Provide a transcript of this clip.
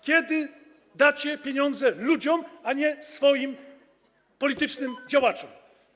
Kiedy dacie pieniądze ludziom, a nie swoim politycznym działaczom?